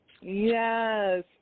Yes